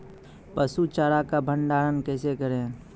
पसु चारा का भंडारण कैसे करें?